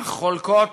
אך חולקות